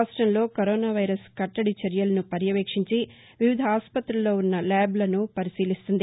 రాష్ట్రంలో corona virus కట్టడి చర్యలను పర్యవేక్షించి వివిధ ఆస్పతుల్లో ఉన్న ల్యాబ్లను పరిశీలిస్తుంది